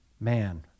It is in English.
Man